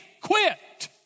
quit